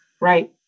Right